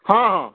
ହଁ ହଁ